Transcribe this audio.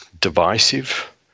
divisive